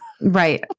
Right